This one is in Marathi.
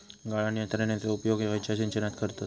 गाळण यंत्रनेचो उपयोग खयच्या सिंचनात करतत?